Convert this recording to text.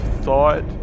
thought